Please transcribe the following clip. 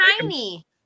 tiny